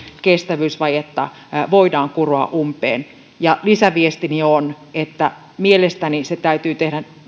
kestävyysvajetta voidaan kuroa umpeen ja lisäviestini on että mielestäni se täytyy tehdä